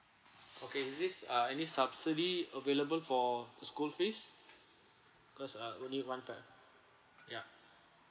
okay at least uh any subsidy available for the school fees cause uh only one type yup